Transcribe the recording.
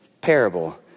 parable